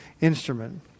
instrument